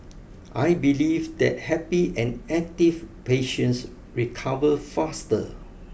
I believe that happy and active patients recover faster